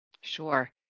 Sure